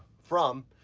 from,